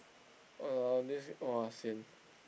!walao! this !wah! sian